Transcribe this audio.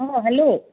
অঁ হেল্ল'